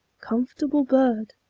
comfortable bird,